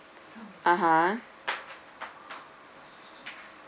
(uh huh)